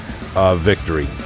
victory